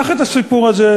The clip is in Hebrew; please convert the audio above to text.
זה.